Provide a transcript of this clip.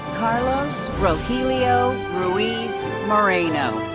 carlos rogelio ruiz moreno.